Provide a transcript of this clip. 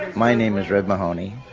my name is red mahoney.